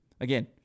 again